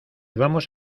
vamos